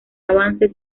avance